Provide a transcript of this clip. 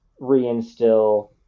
reinstill